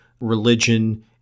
religion